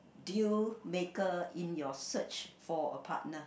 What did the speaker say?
deal maker in your search for a partner